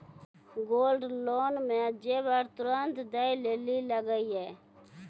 Gold loan मे जेबर तुरंत दै लेली लागेया?